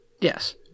Yes